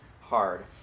hard